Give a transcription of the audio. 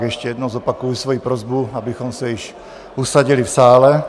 Ještě jednou zopakuji svoji prosbu, abychom se již usadili v sále.